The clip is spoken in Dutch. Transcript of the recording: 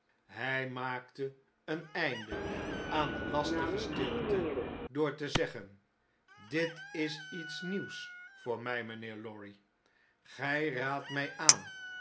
hy maakte een einde aan de lastige stilte door te zeggen b dit is iets nieuws voor imj mijnheer lorry gjj raadt my aan